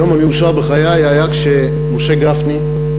היום המאושר בחיי היה כשמשה גפני,